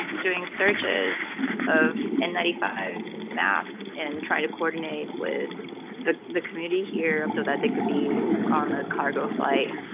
doing searches of n nine five masks and trying to coordinate with the the community here so that they could be on the cargo flight